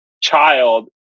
child